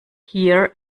here